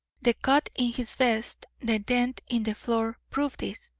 the cut in his vest, the dent in the floor, prove this,